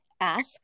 Ask